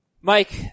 Mike